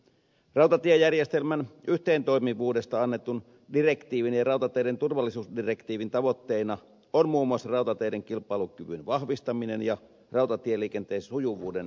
rautatiejärjestelmän yhteentoimivuudesta annetun direktiivin ja rautateiden turvallisuusdirektiivin tavoitteina on muun muassa rautateiden kilpailukyvyn vahvistaminen ja rautatieliikenteen sujuvuuden parantaminen